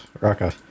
Raka